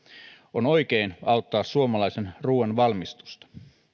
on oikein auttaa suomalaisen ruuan valmistusta